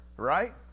right